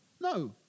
No